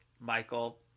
Michael